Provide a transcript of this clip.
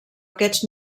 aquests